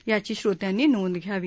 याची श्रोत्यांनी नोंद घ्यावी